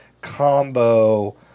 combo